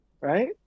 right